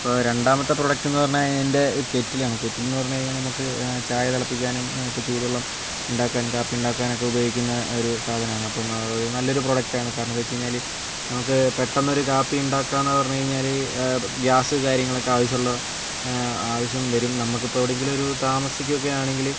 ഇപ്പോൾ രണ്ടാമത്തെ പ്രൊഡക്റ്റ് എന്ന് പറഞ്ഞാൽ എൻ്റെ കെറ്റിൽ ആണ് കെറ്റിൽ എന്ന് പറഞ്ഞ് കഴിഞ്ഞാൽ നമുക്ക് ചായ തിളപ്പിക്കാനും ഇപ്പോൾ ചൂടുവെള്ളം ഉണ്ടാക്കാനും കാപ്പി ഉണ്ടാക്കാനൊക്കെ ഉപയോഗിക്കുന്ന ഒരു സാധനം ആണ് അപ്പം നല്ലൊരു പ്രൊഡക്റ്റ് ആണ് കാരണം എന്താണ് വെച്ച് കഴിഞ്ഞാൽ നമുക്ക് പെട്ടെന്ന് ഒരു കാപ്പി ഉണ്ടാക്കാം എന്ന് പറഞ്ഞ് കഴിഞ്ഞാൽ ഗ്യാസ് കാര്യങ്ങളൊക്കെ ആവശ്യമുള്ള ആവശ്യം വരും നമുക്ക് ഇപ്പോൾ എവിടെ എങ്കിലും ഒരു താമസിക്കുക ഒക്കെ ആണെങ്കിൽ